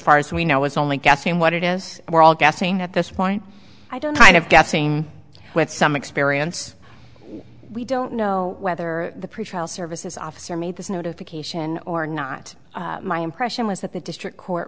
far as we know is only guessing what it is we're all guessing at this point i don't kind of guessing with some experience we don't know whether the pretrial services officer made this notification or not my impression was that the district court